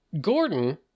Gordon